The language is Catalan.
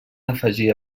afegir